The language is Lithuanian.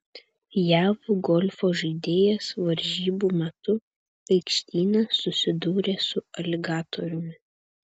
jav golfo žaidėjas varžybų metu aikštyne susidūrė su aligatoriumi